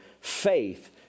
faith